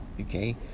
okay